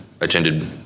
attended